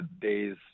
day's